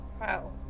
Wow